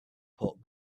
port